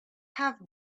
have